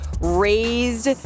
raised